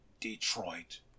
Detroit